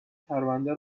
پرنده